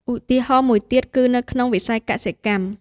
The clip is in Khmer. ឧទាហរណ៍មួយទៀតគឺនៅក្នុងវិស័យកសិកម្ម។